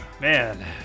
man